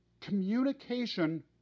Communication